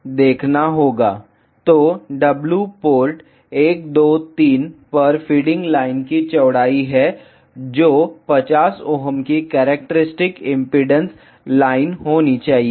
तो W port 1 2 3 पर feeding line की चौड़ाई है जो 50 Ω की करैक्टेरिस्टिक इम्पीडेन्स लाइन होनी चाहिए